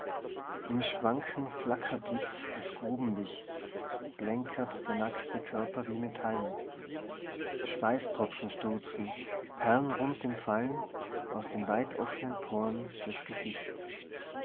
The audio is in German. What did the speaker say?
im schwanken flackerblitz des grubenlichts blänkert der nackte körper wie metallen seh weis stropfen stürzen perlenrund im fallen aus den weitoffnen poren des gesichts